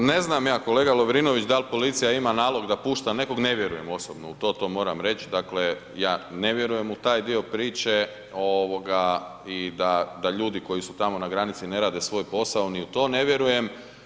Pa ne znam kolega Lovrinović da li policija ima nalog da pušta nekog, ne vjerujem osobno uz to, to moram reći, dakle, ja ne vjerujem u taj dio priče i da ljudi koji su tamo na granici ne rade svoj posao, ni u to ne vjerujem.